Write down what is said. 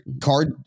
card